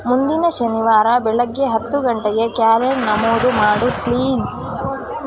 ಮುಂದಿನ ಶನಿವಾರ ಬೆಳಗ್ಗೆ ಹತ್ತು ಗಂಟೆಗೆ ಕ್ಯಾಲೆಂಡ್ ನಮೂದು ಮಾಡು ಪ್ಲೀಸ್